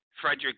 Frederick